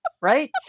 right